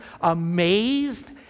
amazed